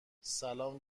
سلام